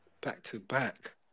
Back-to-back